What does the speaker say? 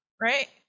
right